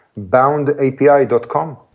boundapi.com